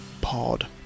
Pod